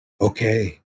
Okay